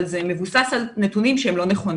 אבל זה מבוסס על נתונים שהם לא נכונים.